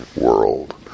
world